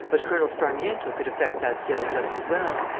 but colonel sparmiento could effect that sale just as well.